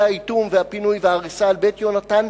האיטום והפינוי וההריסה על "בית יהונתן",